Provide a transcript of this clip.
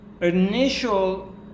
initial